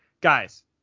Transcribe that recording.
guys